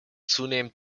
zunehmend